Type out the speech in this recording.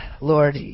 Lord